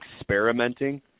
experimenting